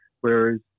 Whereas